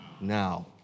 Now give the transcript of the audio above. Now